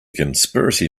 conspiracy